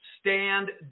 stand